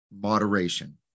moderation